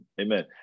amen